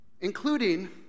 Including